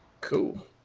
cool